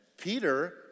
Peter